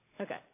Okay